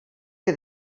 que